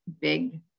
big